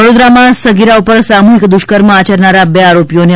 વડોદરામાં સગીરા પર સામુહિક દુષ્કર્મ આચરનારા બે આરોપીઓને